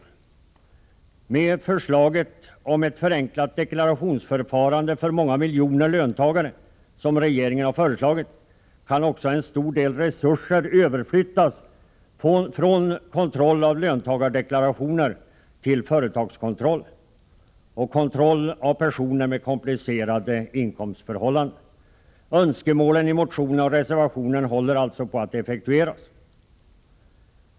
Genom regeringens förslag om ett förenklat deklarationsförfarande för många miljoner löntagare kan också en stor del resurser överflyttas från kontroll av löntagardeklarationer till företagskon troll och kontroll av personer med komplicerade inkomstförhållanden. Önskemålen i motionen och i reservationen håller alltså på att effektueras.